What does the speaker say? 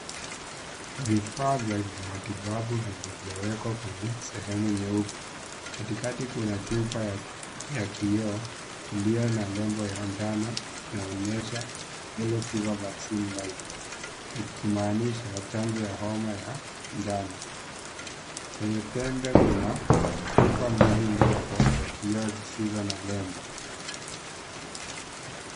Vifaa vya kimatibabu vilivyowekwa kwenye sehemu nyeupe, kati kati kuna chupa ya kioo, iliyo na rembo ya njano inaonyesha, (cs)yellow fever vaccine life (cs), ikimaanisha, chanjo ya homa ya njano, penye pembe kuna chupa mbili za kioo sizizo na nembo.